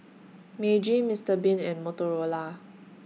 Meiji Mister Bean and Motorola